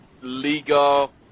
legal